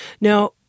Now